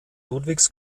ludwigs